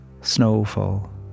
snowfall